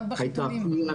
רק בחיתולים.